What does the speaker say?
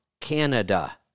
Canada